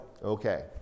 Okay